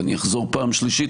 ואני אחזור בפעם השלישית,